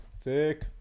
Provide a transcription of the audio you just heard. thick